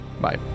Bye